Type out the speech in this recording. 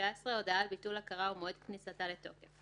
הודעה על ביטול הכרה ומועד כניסתה לתוקף